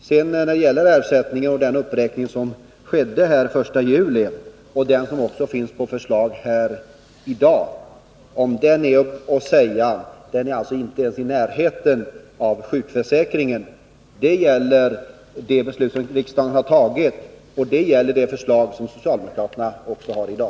Sedan när det gäller den uppräkning av A-kasseersättningen som skedde den 1 juli föreligger förslag i detta avseende också i dag. Om ersättningen är att säga att den inte ens ligger i närheten av sjukförsäkringen. Det gäller det beslut som riksdagen har tagit och även socialdemokraternas förslag i dag.